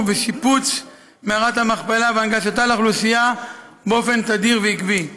ושיפוץ מערת המכפלה ולהנגשתה לאוכלוסייה באופן תדיר ועקבי,